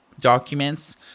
documents